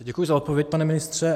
Děkuji za odpověď, pane ministře.